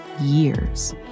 years